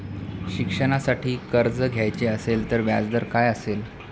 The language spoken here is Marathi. शिक्षणासाठी कर्ज घ्यायचे असेल तर व्याजदर काय असेल?